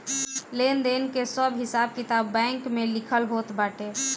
लेन देन कअ सब हिसाब किताब बैंक में लिखल होत बाटे